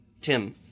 Tim